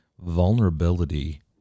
vulnerability